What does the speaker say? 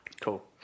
Cool